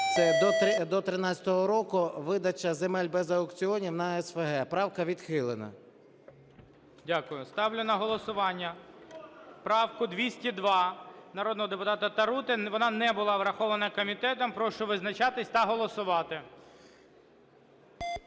це до 13-го року видача земель без аукціонів на СФГ. Правка відхилена. ГОЛОВУЮЧИЙ. Дякую. Ставлю на голосування правку 202 народного депутата Тарути, вона не була врахована комітетом. Прошу визначатись та голосувати.